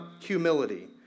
humility